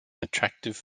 attractive